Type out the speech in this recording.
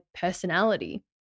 personality